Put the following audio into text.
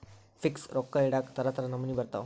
fix ರೊಕ್ಕ ಇಡಾಕ ತರ ತರ ನಮೂನಿ ಬರತವ